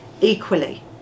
equally